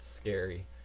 scary